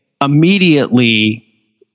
immediately